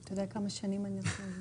אתה יודע כמה שנים אני עושה את זה?